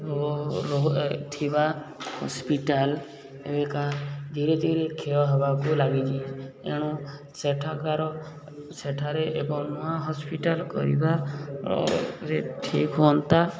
ରହୁଥିବା ହସ୍ପିଟାଲ୍ ଏବେକା ଧୀରେ ଧୀରେ କ୍ଷୟ ହେବାକୁ ଲାଗିଛି ଏଣୁ ସେଠାକାର ସେଠାରେ ଏବଂ ନୂଆ ହସ୍ପିଟାଲ୍ କରିବାରେ ଠିକ୍ ହୁଅନ୍ତା